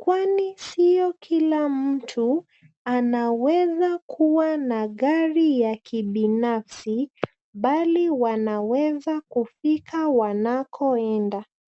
kwani sio kila mtu anaweza kuwa na gari ya kibinafsi bali wanaweza kufika wanakoenda.